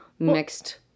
mixed